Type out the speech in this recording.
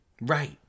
Right